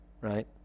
right